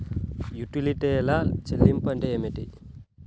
యుటిలిటీల చెల్లింపు అంటే ఏమిటి?